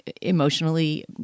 emotionally